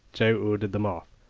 joe ordered them off,